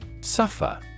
Suffer